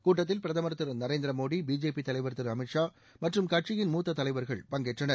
கூட்டத்தில் பிரதமர் திரு நரேந்திர மோடி பிஜேபி தலைவர் திரு அமீத்ஷா மற்றும் கட்சியின் மூத்த தலைவர்கள் பங்கேற்றனர்